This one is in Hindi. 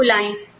लोगों को बुलाए